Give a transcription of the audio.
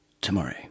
tomorrow